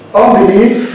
unbelief